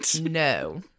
No